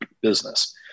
business